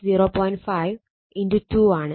5 2 ആണ്